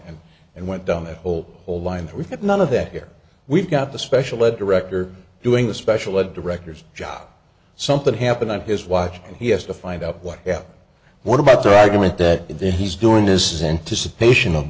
and and went down the hole whole line that we had none of that here we've got the special ed director doing the special ed director's job something happened on his watch and he has to find out what yeah what about the argument that then he's doing this anticipation of